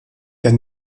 der